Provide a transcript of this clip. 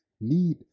need